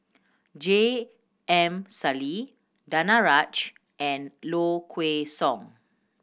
J M Sali Danaraj and Low Kway Song